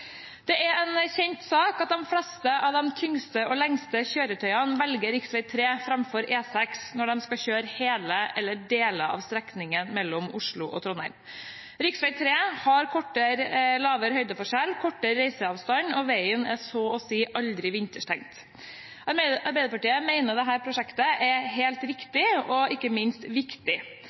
Det er en kjent sak at de fleste av de tyngste og lengste kjøretøyene velger rv. 3 framfor E6 når de skal kjøre hele eller deler av strekningen Oslo–Trondheim. Rv. 3 har lavere høydeforskjell og kortere reiseavstand, og veien er så å si aldri vinterstengt. Arbeiderpartiet mener dette prosjektet er helt riktig og ikke minst viktig.